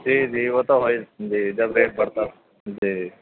جی جی وہ تو ہے جی جب ریٹ بڑھتا جی